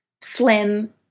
slim